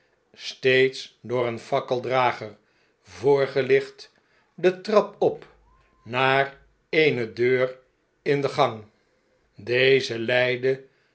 steeds door een fakkeldrager voorgelicht de trap op naar eerie deur in de gang